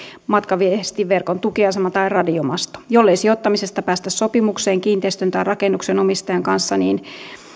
matkaviestiverkon tukiasema tai radiomasto jollei sijoittamisesta päästä sopimukseen kiinteistön tai rakennuksen omistajan kanssa niin